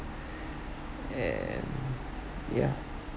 and yeah